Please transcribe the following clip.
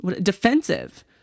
defensive